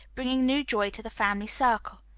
bringing new joy to the family circle.